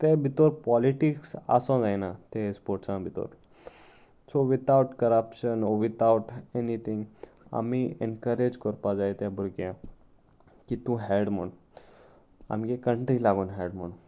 ते भितर पॉलिटिक्स आसू जायना ते स्पोर्ट्सां भितर सो विथआवट करप्शन ओ विथआवट एनीथींग आमी एनकरेज करपा जाय त्या भुरग्यांक की तूं खेळ म्हूण आमगे कंट्री लागून खेळ म्हूण